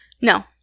No